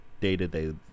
day-to-day